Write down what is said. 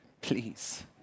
Please